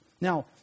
Now